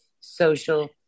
social